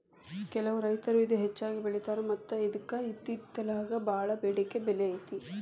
ಕೆಲವು ರೈತರು ಇದ ಹೆಚ್ಚಾಗಿ ಬೆಳಿತಾರ ಮತ್ತ ಇದ್ಕ ಇತ್ತಿತ್ತಲಾಗ ಬಾಳ ಬೆಡಿಕೆ ಬೆಲೆ ಐತಿ